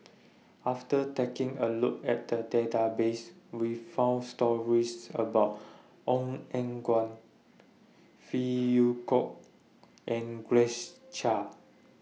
after taking A Look At The Database We found stories about Ong Eng Guan Phey Yew Kok and Grace Chia